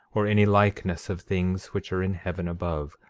or any likeness of things which are in heaven above,